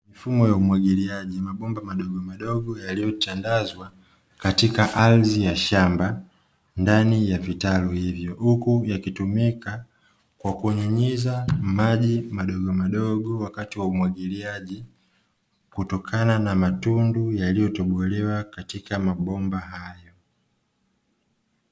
Mfumo wa umwagiliaji mabomba madogomadogo yaliyotandazwa katika ardhi ya shamba ndani ya vitalu hivyo, huku yakitumika kwa kunyunyiza maji madogomadogo wakati wa uwagiliaji kutokana na matundu yaliyotobolewa katika mabomba hayo.